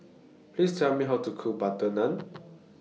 Please Tell Me How to Cook Butter Naan